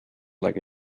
like